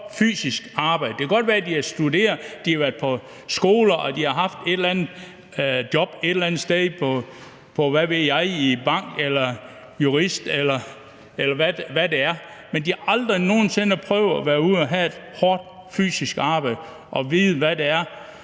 Det kan godt være, at de har været på skoler og har studeret og haft et job et eller andet sted i en bank eller som jurist, eller hvad det nu er, men de har aldrig nogen sinde prøvet at være ude og have et hårdt fysisk arbejde og vide, hvad det er